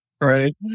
right